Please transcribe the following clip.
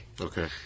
Okay